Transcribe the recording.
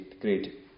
great